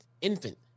infant